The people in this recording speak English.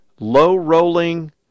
Low-rolling